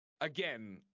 again